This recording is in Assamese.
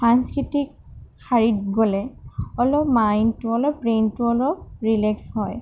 সাংস্কৃতিক শাৰীত গ'লে অলপ মাইণ্ডটো অলপ ব্ৰেইনটো অলপ ৰিলেক্স হয়